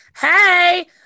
Hey